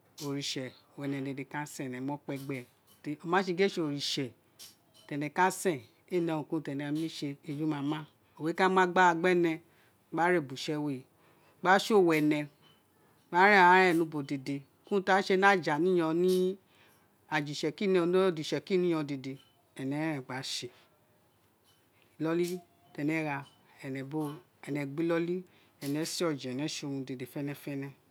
Oritse owun ene dede kasen wo ka da okpe gbe tori o ma sé gin éè sé oritse ti ene ka sẹn éè ne urun ki urun ti enẹ némi sé éju ma ma owun é ka mu agbara gbe ene gba ré ubuse wé gba sò wo ene gba ren wa rén ré ni ubo dede urun ki urun ti a sé ni aja ni iyenghon ni aja isekuri ni iyon ghon dede ni ode itsekiri dede ene ren gba sé inoli ti ene gha ene gba inoli ene sé oje ene sé urun ni ubo dede fenefene